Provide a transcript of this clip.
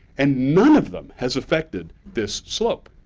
and none of them has affected this slope.